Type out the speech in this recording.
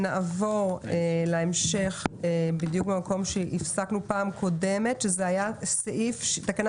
נעבור למקום בו הפסקנו בפעם הקודמת, תקנה